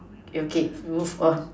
okay move on